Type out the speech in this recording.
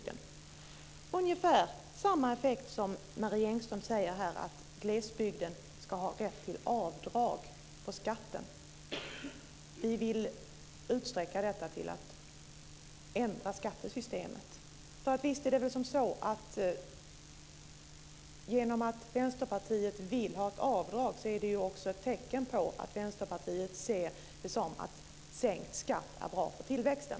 Det är ungefär samma effekt som när Marie Engström säger att man i glesbygden ska ha rätt till avdrag på skatten. Vi vill utsträcka detta genom att ändra skattesystemet. För visst är väl detta att Vänsterpartiet vill ha ett avdrag också ett tecken på att Vänsterpartiet ser det som att sänkt skatt är bra för tillväxten?